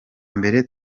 mbere